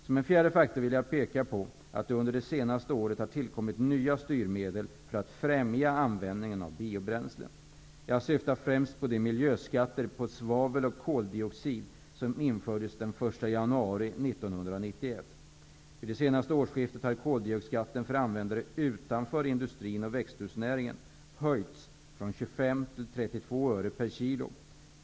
Som en fjärde faktor vill jag peka på att det under de senaste åren har tillkommit nya styrmedel för att främja användningen av biobränslen. Jag syftar främst på de miljöskatter på svavel och koldioxid som infördes den 1 januari 1992. Vid det senaste årsskiftet har koldioxidskatten för användare utanför industrin och växthusnäringen höjts från 25 till 32 öre/kg.